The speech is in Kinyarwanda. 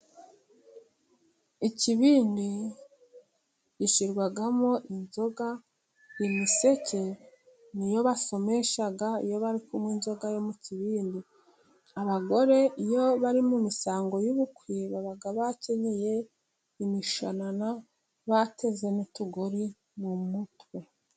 Ikibindi gishyirwamo inzoga, imiseke niyo basomesha iyo bari kunywa inzoga yo mu kibindi, abagore iyo bari mu misango y'ubukwe baba bakenyeye imishanana, bateze n'utugori mu mutwe.